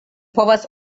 povas